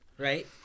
Right